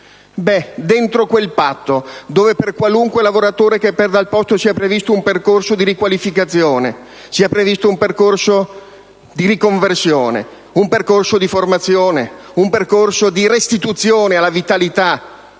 Dentro quel patto, per qualunque lavoratore che perda il posto, è previsto un percorso di riqualificazione, di riconversione, di formazione, un percorso di restituzione alla vitalità